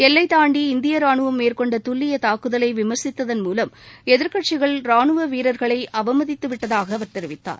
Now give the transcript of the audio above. எல்லை தாண்டி இந்தியா ராணுவம் மேற்கொண்ட துல்லிய தாக்குதலை விமர்சித்ததன் மூலம் எதிர்கட்சிகள் ரானுவ வீரர்களை அவமதித்துவிட்டதாக அவர் தெரிவித்தார்